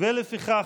לפיכך,